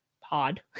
Pod